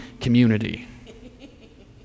community